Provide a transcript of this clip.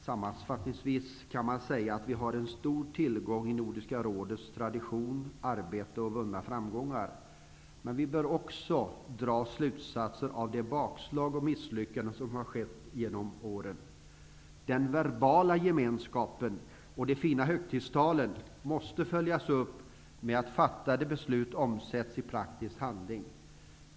Sammanfattningsvis kan man säga att Nordiska rådets traditioner, arbete och vunna framgångar är stora tillgångar. Vi bör också dra slutsatser av de bakslag och misslyckanden som har skett genom åren. Den verbala gemenskapen och de fina högtidstalen måste följas upp med att fattade beslut omsätts i praktisk handling.